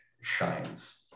shines